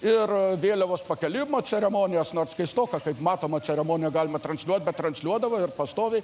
ir vėliavos pakėlimo ceremonijas nors keistoka kaip matome ceremoniją galima transliuoti bet transliuodavo ir pastoviai